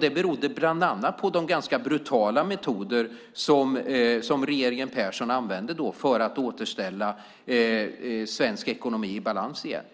Det berodde bland annat på de ganska brutala metoder som regeringen Persson använde då för att återställa svensk ekonomi i balans igen.